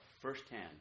firsthand